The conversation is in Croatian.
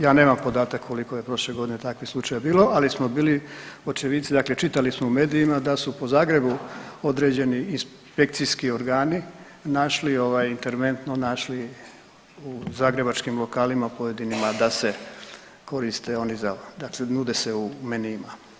Ja nemam podatak koliko je prošle godine takvih slučajeva bilo, ali smo bili očevici, dakle čitali smo u medijima da su po Zagrebu određeni inspekcijski organi našli ovaj, interventno našli u zagrebačkim lokalima pojedinima da se koriste oni ... dakle nude se u menijima.